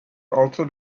also